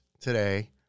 today